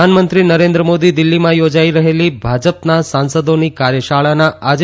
પ્રધાનમંત્રી નરેન્દ્રમોદી દિલ્ફીમાં યોજાઇ રહેલી ભાજપના સાંસદોની કાર્યશાળાના આજે